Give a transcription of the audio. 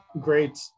great